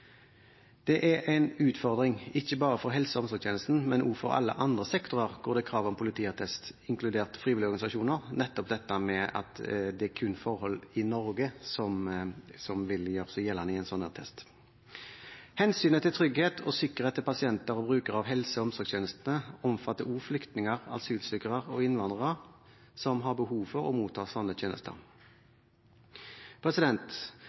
Det er en utfordring ikke bare for helse- og omsorgstjenesten, men også for alle andre sektorer hvor det er krav om politiattest, inkludert frivillige organisasjoner, at det kun er forhold i Norge som vil gjøre seg gjeldende i en slik attest. Hensynet til trygghet og sikkerhet for pasienter og brukere av helse- og omsorgstjenestene omfatter også flyktninger, asylsøkere og innvandrere som har behov for å motta slike tjenester.